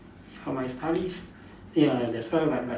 uh my studies ya that's why like like